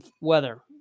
weather